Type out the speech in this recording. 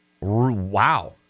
Wow